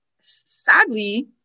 sadly